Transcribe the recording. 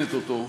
המאפיינת אותו,